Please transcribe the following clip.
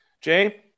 Jay